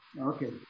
Okay